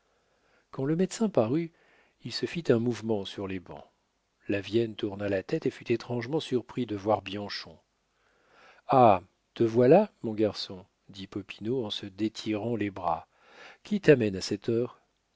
quand le médecin parut il se fit un mouvement sur les bancs lavienne tourna la tête et fut étrangement surpris de voir bianchon ah te voilà mon garçon dit popinot en se détirant les bras qui t'amène à cette heure